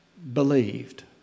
believed